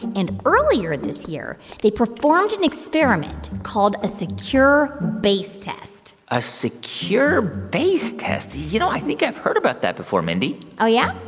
and earlier this year, they performed an experiment called a secure base test a secure base test. you know, i think i've heard about that before, mindy oh, yeah?